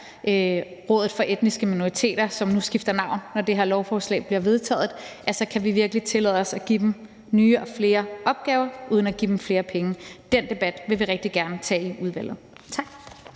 Rådet for Etniske Minoriteter, som nu skifter navn, når det her lovforslag bliver vedtaget, og om vi så virkelig kan tillade os at give dem nye og flere opgaver uden at give dem flere penge. Den debat vil vi rigtig gerne tage i udvalget.